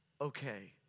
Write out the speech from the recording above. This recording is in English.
okay